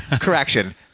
Correction